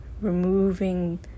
removing